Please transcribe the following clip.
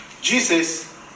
Jesus